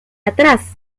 atrás